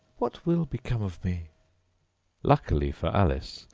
what will become of me luckily for alice,